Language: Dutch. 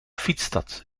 fietsstad